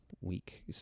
week